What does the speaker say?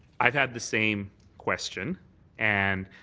i've had the same question and